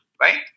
right